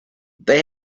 they